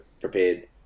prepared